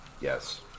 Yes